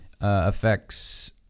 affects